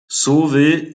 sauvé